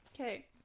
okay